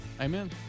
Amen